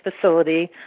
facility